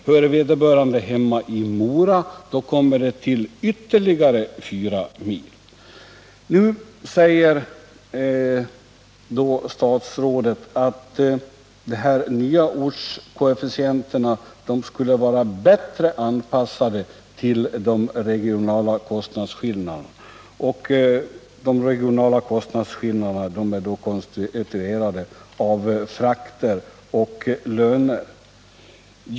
Hör vederbörande hemma i Mora tillkommer ytterligare 4 mil. Statsrådet säger att de nya ortskoefficienterna skulle vara bätte anpassade till de regionala kostnadsskillnaderna. De regionala kostnadsskillnaderna konstitueras då av frakter och löner.